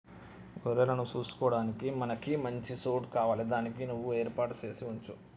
గొర్రెలను సూసుకొడానికి మనకి మంచి సోటు కావాలి దానికి నువ్వు ఏర్పాటు సేసి వుంచు